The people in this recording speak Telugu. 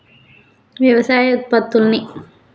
వ్యవసాయ ఉత్పత్తుల్ని